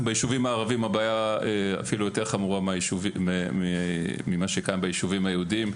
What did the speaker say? הערבים הבעיה אפילו יותר חמורה ממה שקיים ביישובים היהודים.